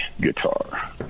guitar